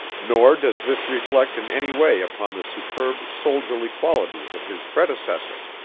nor does this reflect in any way upon the superb soldierly qualities of his predecessor.